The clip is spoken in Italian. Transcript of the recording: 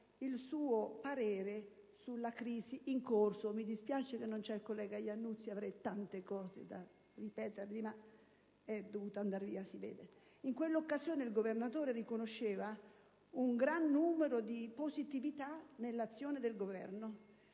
il suo parere sulla crisi in corso (mi dispiace che non ci sia il collega Lannutti, avrei tante cose da rispondergli, ma si vede che è dovuto andare via). In quell'occasione, il Governatore riconosceva un gran numero di positività nell'azione del Governo: